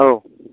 औ